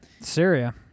Syria